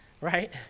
right